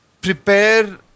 prepare